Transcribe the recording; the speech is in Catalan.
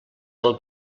del